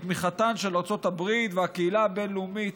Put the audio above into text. עם תמיכתן של ארצות הברית והקהילה הבין-לאומית,